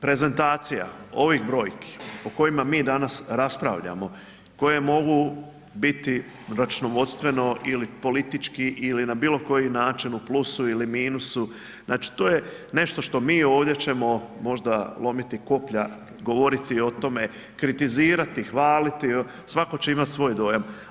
Prezentacija, ovih brojki o kojima mi danas raspravljamo, koje mogu biti računovodstveno ili politički ili na bilo koji način u plusu ili minusu, znači to je nešto što mi ovdje ćemo možda lomiti koplja, govoriti o tome, kritizirati, hvaliti, svatko će imati svoj dojam.